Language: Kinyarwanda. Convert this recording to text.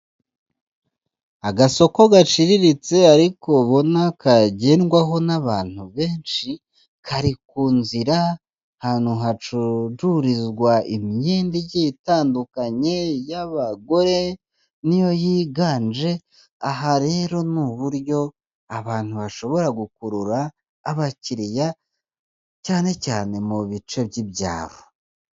Agasoko gaciriritse ariko ubo kagendwaho n'abantu benshi, kari ku nzira ahantu hacururizwa imyenda itandukanye y'abagore niyo yiganje, aha rero ni uburyo abantu bashobora gukurura abakiriya cyane cyane mu bice by'ibyaro.